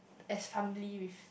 as humbly with